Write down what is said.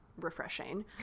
refreshing